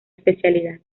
especialidad